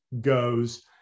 goes